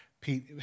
Pete